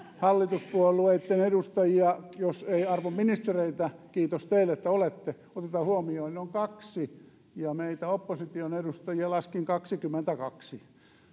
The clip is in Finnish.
hallituspuolueitten edustajia jos ei arvon ministereitä kiitos teille että olette oteta huomioon on kaksi ja meitä opposition edustajia laskin kaksikymmentäkaksi